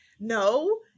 No